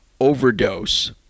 overdose